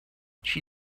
she